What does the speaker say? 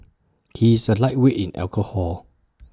he is A lightweight in alcohol